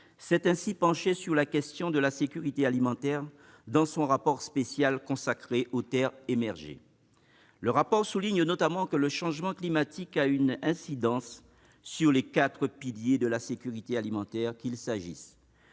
s'est ainsi penché sur la question de la sécurité alimentaire dans son rapport spécial consacré aux terres émergées. Ce rapport souligne notamment que le changement climatique a une incidence sur les quatre piliers de la sécurité alimentaire, à savoir